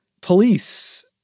Police